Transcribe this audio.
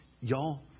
y'all